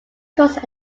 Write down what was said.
tourist